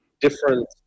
different